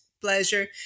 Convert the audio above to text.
pleasure